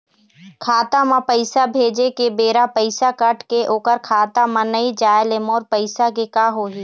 खाता म पैसा भेजे के बेरा पैसा कट के ओकर खाता म नई जाय ले मोर पैसा के का होही?